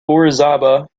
orizaba